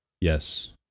yes